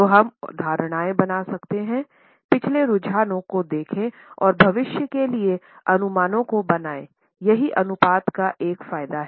तो हम कुछ धारणाएं बना सकते हैं पिछले रूझानों को देखें और भविष्य के लिए अनुमानों को बनाएं यही अनुपात का एक फायदा है